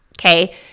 okay